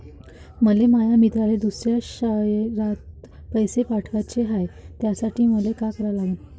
मले माया मित्राले दुसऱ्या शयरात पैसे पाठवाचे हाय, त्यासाठी मले का करा लागन?